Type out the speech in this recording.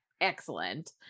excellent